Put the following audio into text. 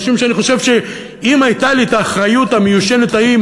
משום שאני חושב שאם הייתה לי האחריות המיושנת ההיא,